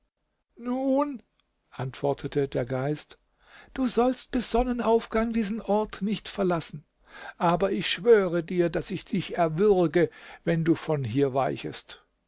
nun antwortete der geist du sollst bis zu sonnenaufgang diesen ort nicht verlassen aber ich schwöre dir daß ich dich erwürge wenn du von hier weichest